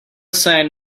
sign